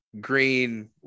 green